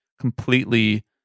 completely